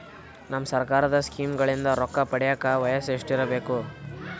ನಮ್ಮ ಸರ್ಕಾರದ ಸ್ಕೀಮ್ಗಳಿಂದ ರೊಕ್ಕ ಪಡಿಯಕ ವಯಸ್ಸು ಎಷ್ಟಿರಬೇಕು?